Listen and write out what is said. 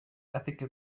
ethical